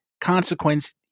consequence